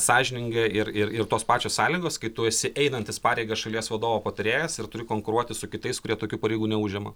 sąžininga ir ir ir tos pačios sąlygos kai tu esi einantis pareiga šalies vadovo patarėjas ir turi konkuruoti su kitais kurie tokių pareigų neužima